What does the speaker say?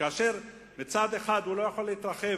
כאשר מצד אחד הוא לא יכול להתרחב,